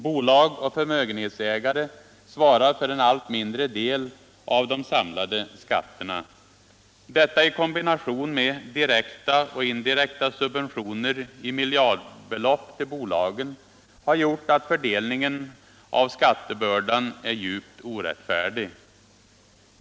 Bolag och förmögenhetsägare svarar för en allt mindre del av de samlade skatterna. Detta i Kombination med dirckta och indirekta subventioner i miljardbelopp till bolagen har gjort att fördelningen av skattebördan är djupt orättfärdig.